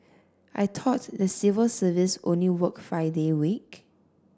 I thought the civil service only work five day week